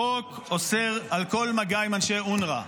החוק אוסר על כל מגע עם אנשי אונר"א,